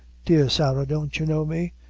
dear sarah, don't you know me?